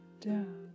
down